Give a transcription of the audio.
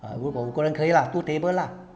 ugh 如果五个人可以啦 two table lah